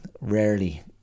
rarely